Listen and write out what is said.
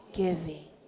giving